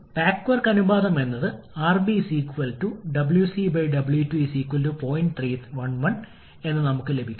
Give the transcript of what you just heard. back work അനുപാതം വളരെ പ്രാധാന്യമർഹിക്കുന്നതായി നമ്മൾ കണ്ടു